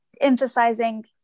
emphasizing